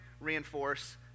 reinforce